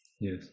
Yes